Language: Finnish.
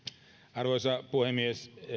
arvoisa puhemies